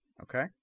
Okay